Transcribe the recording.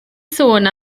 sôn